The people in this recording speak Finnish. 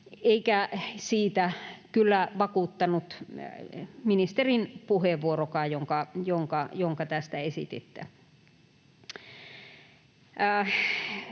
eikä siitä kyllä vakuuttanut ministerin puheenvuorokaan, jonka tästä esititte.